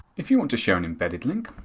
if you want to share an embedded link,